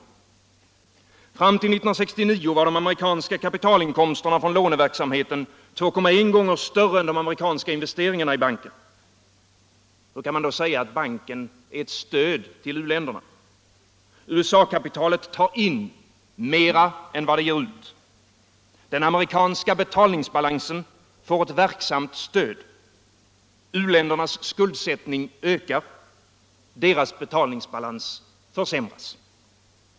Fram till 1969 var de amerikanska kapitalinkomsterna från låneverksamheten 2,1 gånger större än de amerikanska investeringarna i banken. Hur kan man då säga, att banken är ett stöd till u-länderna? USA-kapitalet tar in mer än det ger ut. Den amerikanska betalningsbalansen får ett verksamt stöd. U-ländernas skuldsättning ökar. Deras betalningsbalans försämras.